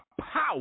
power